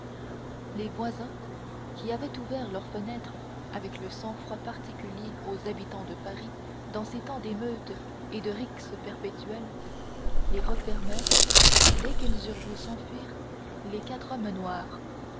les voisins qui avaient ouvert leurs fenêtres avec le sang-froid particulier aux habitants de paris dans ces temps d'émeutes et de rixes perpétuelles les refermèrent dès qu'ils eurent vu s'enfuir les quatre hommes noirs